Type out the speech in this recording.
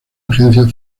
agencia